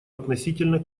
относительно